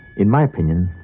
in my opinion,